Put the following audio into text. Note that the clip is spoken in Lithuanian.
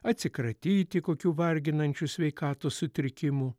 atsikratyti kokių varginančių sveikatos sutrikimų